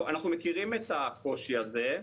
אנחנו מכירים את הקושי הזה,